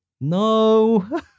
No